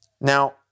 Now